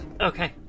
Okay